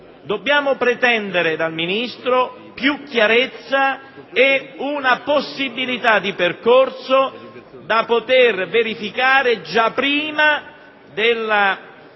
Dobbiamo pretendere dal Ministro maggiore chiarezza ed una possibilità di percorso da poter verificare prima ancora